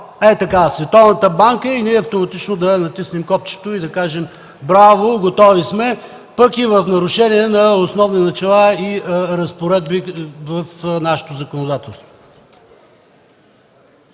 се казва „Световната банка” и ние автоматично да натиснем копчето и да кажем „Браво, готови сме!”, пък и в нарушение на основни начала и разпоредби в нашето законодателство.